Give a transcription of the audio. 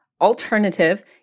alternative